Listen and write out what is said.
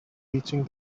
reaching